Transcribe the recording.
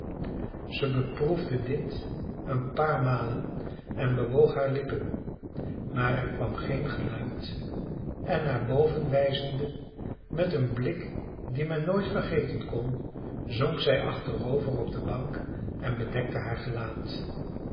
zij beproefde dit een paar malen en bewoog hare lippen maar er kwam geen geluid en naar boven wijzende met een blik dien men nooit vergeten kon zonk zij achterover op de bank en bedekte haar gelaat